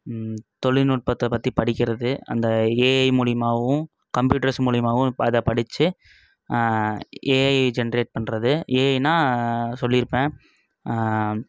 தொழில்நுட்பத்தை பற்றி படிக்கிறது அந்த ஏஐ மூலமாவும் கம்ப்யூட்டர்ஸ் மூலயமாவும் இப் அதை படிச்சு ஏஐ ஜென்ரேட் பண்ணுறது ஏஐனால் சொல்லியிருப்பேன்